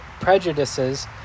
prejudices